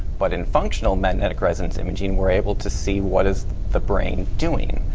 but in functional magnetic resonance imaging, we're able to see what is the brain doing,